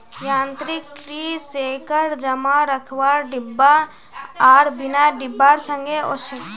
यांत्रिक tree shaker जमा रखवार डिब्बा आर बिना डिब्बार संगे ओसछेक